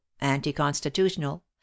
anti-constitutional